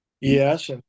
yes